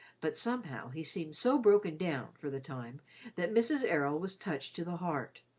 but somehow he seemed so broken down for the time that mrs. errol was touched to the heart.